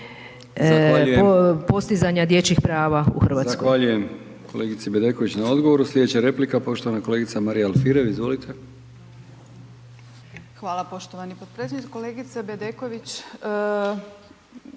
u stanja dječjih prava u Hrvatskoj,